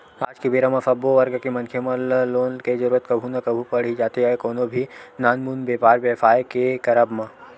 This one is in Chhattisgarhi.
आज के बेरा म सब्बो वर्ग के मनखे मन ल लोन के जरुरत कभू ना कभू पड़ ही जाथे कोनो भी नानमुन बेपार बेवसाय के करब म